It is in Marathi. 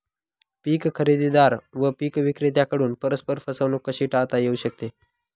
पीक खरेदीदार व पीक विक्रेत्यांकडून परस्पर फसवणूक कशी टाळता येऊ शकते?